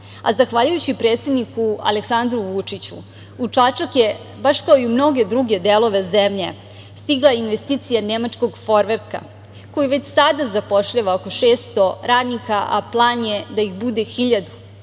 Zahvaljujući predsedniku Aleksandru Vučiću u Čačak je, baš kao i u mnoge druge delove zemlje stigla investicija nemačkog „Forverka“ koji već sada zapošljava oko 600 radnika, a plan je da ih bude 1.000.